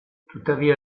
tuttavia